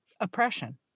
oppression